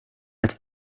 als